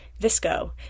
Visco